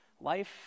life